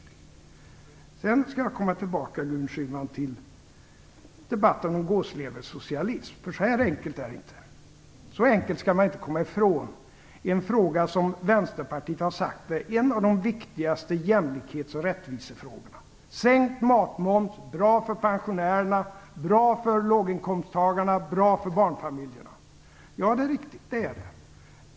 Sedan, Gudrun Schyman, skall jag komma tillbaka till debatten om gåsleversocialism, för så här enkelt är det inte, så enkelt skall man inte komma ifrån en fråga som Vänsterpartiet har sagt är en av de viktigaste jämlikhets och rättvisefrågorna. Sänkt matmoms är bra för pensionärerna, bra för låginkomsttagarna, bra för barnfamiljerna. Ja, det är riktigt. Det är det.